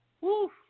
Woo